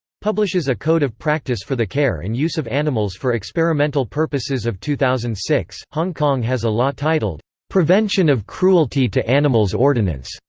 publishes a code of practice for the care and use of animals for experimental purposesas of two thousand and six, hong kong has a law titled prevention of cruelty to animals ordinance,